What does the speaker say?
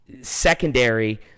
secondary